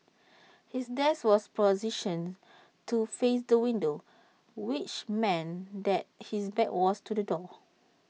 his desk was positioned to face the window which meant that his back was to the door